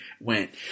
went